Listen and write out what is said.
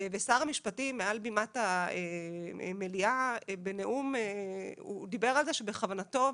ושר המשפטים מעל בימת המליאה בנאום הוא דיבר על זה שבכוונתו,